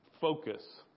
focus